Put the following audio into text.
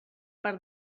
part